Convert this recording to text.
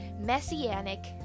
messianic